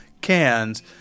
cans